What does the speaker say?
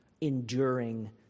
enduring